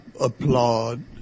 applaud